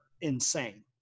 insane